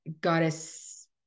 goddess